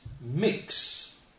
mix